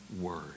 word